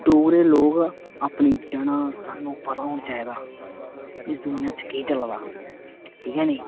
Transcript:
डोगरे लोग अपनी जड़़ां साहनू पता होनी चाहिदा एस्स दुनिया च केह् चला दा ठीक ऐ नेई